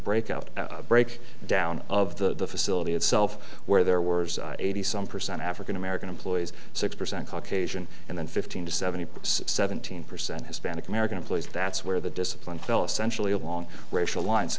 breakout break down of the facility itself where there were eighty some percent african american employees six percent caucasian and then fifteen to seventy percent seventeen percent hispanic american employees that's where the discipline fell essential along racial lines